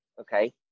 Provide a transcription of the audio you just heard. okay